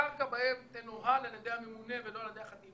הקרקע בהם תנוהל על ידי הממונה ולא על ידי החטיבה,